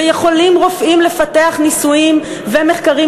ויכולים רופאים לפתח ניסויים ומחקרים